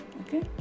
okay